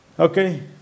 Okay